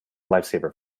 lifesaver